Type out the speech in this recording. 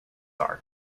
are